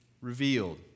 revealed